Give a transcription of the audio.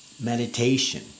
meditation